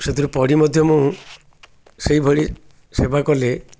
ସେଥିରୁ ପଢ଼ି ମଧ୍ୟ ମୁଁ ସେଇଭଳି ସେବା କଲେ